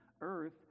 Earth